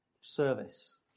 Service